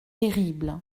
terrible